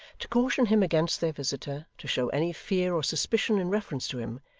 to caution him against their visitor, to show any fear or suspicion in reference to him,